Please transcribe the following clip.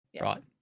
Right